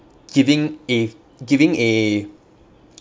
giving a giving a